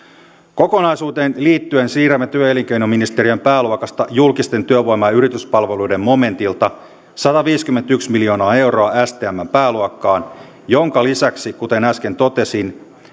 kokonaisuuteen liittyen siirrämme työ ja elinkeinoministeriön pääluokasta julkisten työvoima ja yrityspalveluiden momentilta sataviisikymmentäyksi miljoonaa euroa stmn pääluokkaan minkä lisäksi kuten äsken totesin